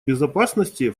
безопасности